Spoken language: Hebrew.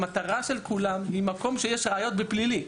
המטרה של כולם היא במקום שיש ראיות בפלילי.